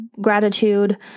gratitude